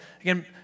again